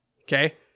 Okay